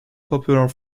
popular